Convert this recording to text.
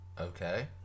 Okay